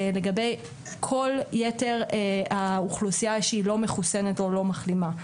לגבי כל יתר האוכלוסייה שהיא לא מחוסנת או לא מחלימה,